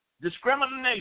Discrimination